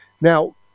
now